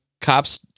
Cops